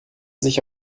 sich